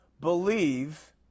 believe